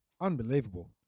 Unbelievable